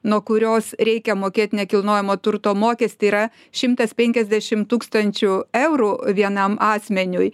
nuo kurios reikia mokėt nekilnojamo turto mokestį yra šimtas penkiasdešim tūkstančių eurų vienam asmeniui